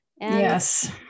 Yes